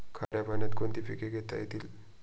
खाऱ्या पाण्यात कोण कोणती पिके घेता येतील?